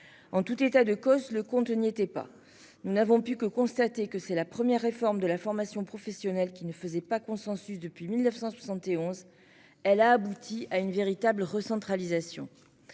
en tout état de cause, le compte n'y était pas. Nous n'avons pu que constater que c'est la première réforme de la formation professionnelle qui ne faisait pas consensus. Depuis 1971, elle a abouti à une véritable recentralisation.